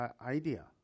idea